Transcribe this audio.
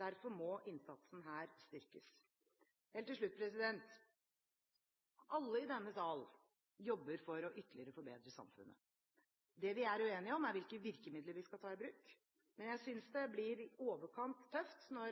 Derfor må innsatsen her styrkes. Helt til slutt: Alle i denne sal jobber for ytterligere å forbedre samfunnet. Det vi er uenige om, er hvilke virkemidler vi skal ta i bruk. Men jeg synes det blir i overkant tøft når